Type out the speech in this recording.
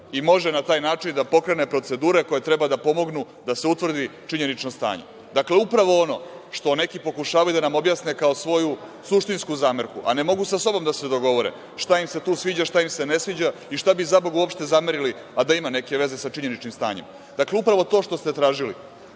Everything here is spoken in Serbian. i može na taj način da pokrene procedure koje treba da pomognu da se utvrdi činjenično stanje. Upravo ono što neki pokušavaju da nam objasne kao svoju suštinsku zamerku, a ne mogu sa sobom da se dogovore šta im se tu sviđa, šta im se ne sviđa i šta bi zaboga uopšte zamerili, a da ima neke veze sa činjeničnim stanjem. Upravo to što ste tražili